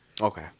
Okay